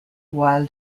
while